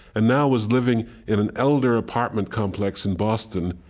and now was living in an elder apartment complex in boston,